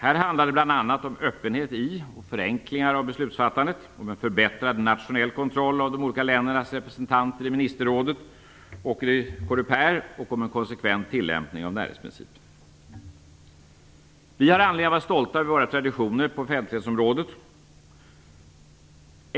Det handlar bl.a. om öppenhet i och förenklingar av beslutsfattandet, om en förbättrad nationell kontroll av de olika ländernas representanter i ministerrådet och i Coreper och om en konsekvent tillämpning av närhetsprincipen. Vi har anledning att vara stolta över våra traditioner på offentlighetsområdet.